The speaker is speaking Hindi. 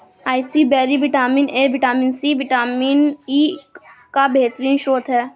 acai berry vitamin A, vitamin C, और विटामिन ई का बेहतरीन स्त्रोत है